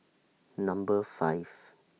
Number five